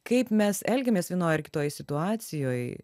kaip mes elgiamės vienoj ar kitoj situacijoj